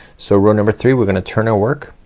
so row number three we're gonna turn our work,